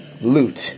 loot